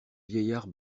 vieillard